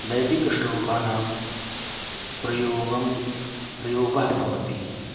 वैदिकश्लोकानां प्रयोगः प्रयोगः भवति